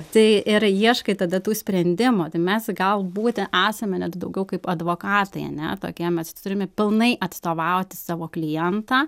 tai ir ieškai tada tų sprendimų tai mes galbūt esame net daugiau kaip advokatai ane tokie mes turime pilnai atstovauti savo klientą